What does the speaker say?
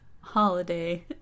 holiday